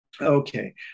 Okay